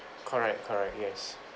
correct correct yes